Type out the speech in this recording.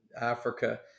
Africa